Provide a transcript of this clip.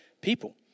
people